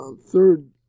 third